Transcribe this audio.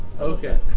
Okay